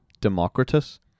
Democritus